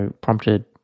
prompted